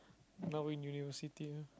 now in university ah